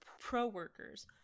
pro-workers